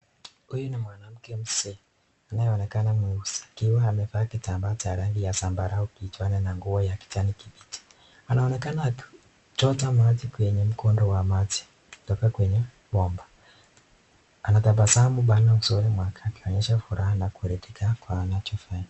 Huyu ni mwanamke mzee anayeonekana mweusi akiwa amevaa kitamba cha rangi ya zambarau kichwani na nguo ya kijani kibichi. Anaonekana akichota maji kwenye mkondo wa maji kutoka kwenye bomba anatabasamu bana usoni mwake akionyesha furaha na kurithika kwa anachofanya.